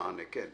כן.